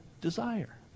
desire